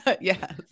yes